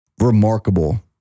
remarkable